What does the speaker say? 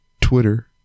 Twitter